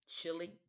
chili